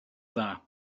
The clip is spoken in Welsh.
dda